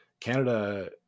Canada